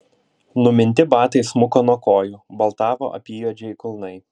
numinti batai smuko nuo kojų baltavo apyjuodžiai kulnai